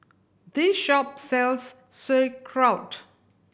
this shop sells Sauerkraut